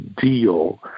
deal